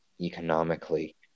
economically